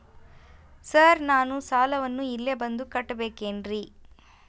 Sir ನಾನು ಸಾಲವನ್ನು ಇಲ್ಲೇ ಬಂದು ಕಟ್ಟಬೇಕೇನ್ರಿ?